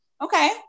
okay